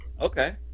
Okay